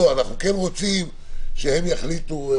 להגיד שאנחנו כן רוצים שהם יחליטו.